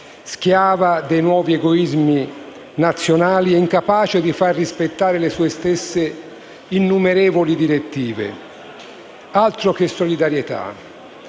schiava dei nuovi egoismi nazionali e incapace di far rispettare le sue stesse, innumerevoli direttive; altro che solidarietà!